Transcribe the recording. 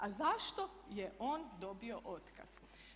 A zašto je on dobio otkaz?